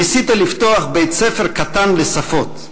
ניסית לפתוח בית-ספר קטן לשפות,